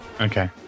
okay